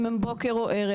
אם הם בוקר או ערב,